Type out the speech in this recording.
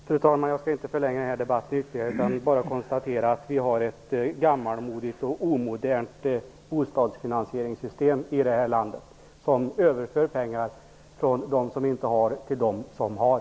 Fru talman! Jag skall inte förlänga debatten ytterligare. Jag bara konstaterar att vi har ett gammalmodigt, omodernt, bostadsfinansieringssystem i det här landet. Pengar överförs från dem som inte har några till dem som har.